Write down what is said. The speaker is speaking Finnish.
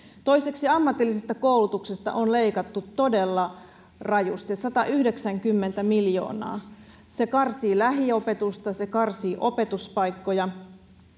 toiseksi ammatillisesta koulutuksesta on leikattu todella rajusti satayhdeksänkymmentä miljoonaa se karsii lähiopetusta se karsii opetuspaikkoja